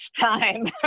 time